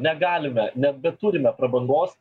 negalime nebeturime prabangos